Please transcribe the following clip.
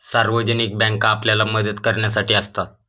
सार्वजनिक बँका आपल्याला मदत करण्यासाठी असतात